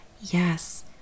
Yes